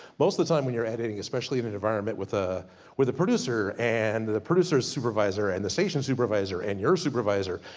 most the time when your editing, especially in an environment, with ah a producer and the producers supervisor, and the station supervisor, and your supervisor.